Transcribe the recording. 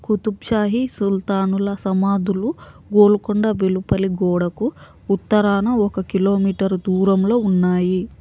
కుతుబ్ షాహీ సుల్తానుల సమాధులు గోల్కొండ వెలుపలి గోడకు ఉత్తరాన ఒక కిలోమీటరు దూరంలో ఉన్నాయి